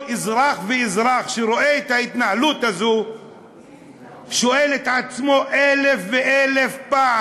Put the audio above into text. כל אזרח ואזרח שרואה את ההתנהלות הזו שואל את עצמו אלף פעם: